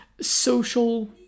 social